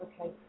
Okay